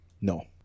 No